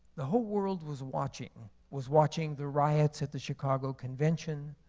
the whole world was watching, was watching the riots at the chicago convention,